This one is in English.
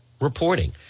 reporting